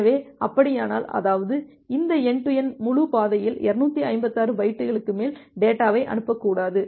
எனவே அப்படியானால் அதாவது இந்த என்டு டு என்டு முழு பாதையில் 256 பைட்டுகளுக்கு மேல் டேட்டாவை அனுப்பக்கூடாது